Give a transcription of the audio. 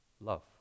love